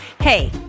Hey